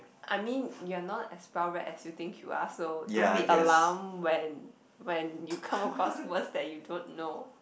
I mean you are not as well read as you think you are so don't be alarmed when when you come across words that you don't know